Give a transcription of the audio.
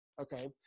Okay